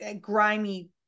grimy